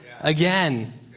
again